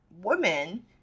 women